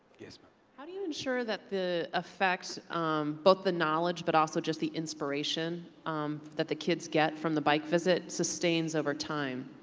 but how do you ensure that the effects both the knowledge, but also just the inspiration um that the kids get from the bike visit sustains over time?